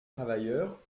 travailleurs